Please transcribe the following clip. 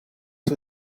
for